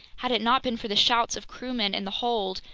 had it not been for the shouts of crewmen in the hold,